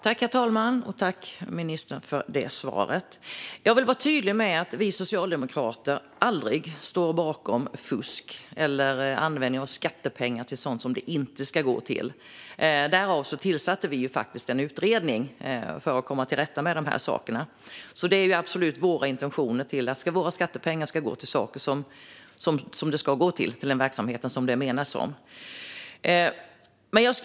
Herr talman! Tack, ministern, för svaret! Jag vill vara tydlig med att vi socialdemokrater aldrig står bakom fusk eller användning av skattepengar till sådant som de inte ska gå till. Därför tillsatte vi en utredning för att komma till rätta med de här sakerna. Det är absolut våra intentioner att skattepengar ska gå till de saker som de ska gå till - till den verksamhet som de är menade att gå till.